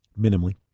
minimally